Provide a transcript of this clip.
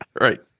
Right